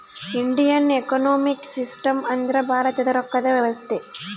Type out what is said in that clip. Indian economic system ಅಂದ್ರ ಭಾರತದ ರೊಕ್ಕದ ವ್ಯವಸ್ತೆ